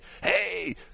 Hey